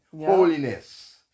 Holiness